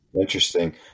Interesting